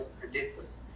Ridiculous